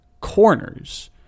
corners